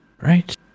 right